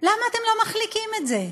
למה אתם לא מחליקים את זה?